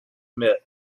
myth